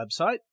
website